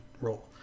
role